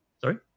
Sorry